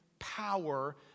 power